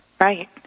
Right